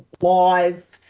laws